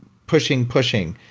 pushing, pushing,